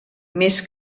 més